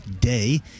Day